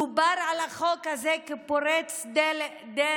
דובר על החוק הזה כחוק פורץ דרך,